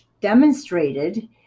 demonstrated